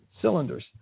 cylinders